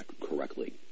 correctly